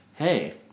Hey